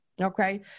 Okay